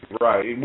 Right